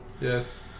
Yes